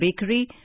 bakery